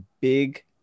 big